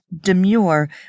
demure